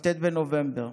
בכ"ט בנובמבר,